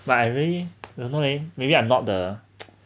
but I really don't know leh maybe I'm not the